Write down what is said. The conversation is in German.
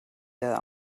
der